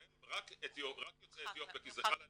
והם רק יוצאי אתיופיה כי זה חל אצלם,